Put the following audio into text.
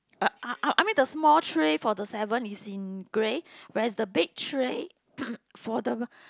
uh I I mean the small tray for the seven is in grey whereas the big tray for the